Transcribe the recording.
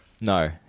No